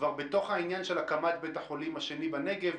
כבר בתוך העניין של הקמת בית החולים השני בנגב.